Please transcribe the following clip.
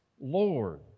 Lord